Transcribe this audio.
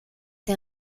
der